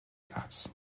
arts